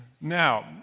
Now